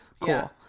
Cool